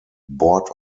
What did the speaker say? board